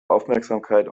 aufmerksamkeit